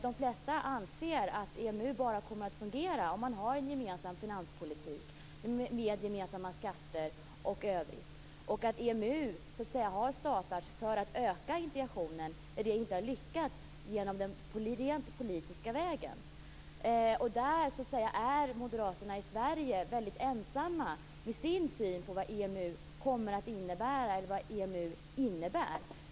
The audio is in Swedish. De flesta anser att EMU bara kommer att fungera om man har en gemensam finanspolitik med gemensamma skatter och övrigt och att EMU så att säga har startats för att öka integrationen när det inte har lyckats den rent politiska vägen. Moderaterna i Sverige är väldigt ensamma i sin syn på vad EMU innebär.